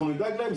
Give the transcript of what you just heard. נדאג להם,